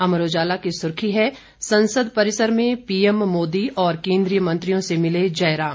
अमर उजाला की सुर्खी है संसद परिसर में पीएम मोदी और केन्द्रीय मंत्रियों से मिले जयराम